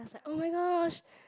is like oh-my-gosh